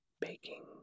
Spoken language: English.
baking